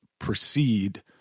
proceed